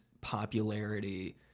popularity